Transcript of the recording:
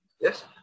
Yes